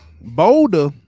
Boulder